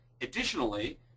Additionally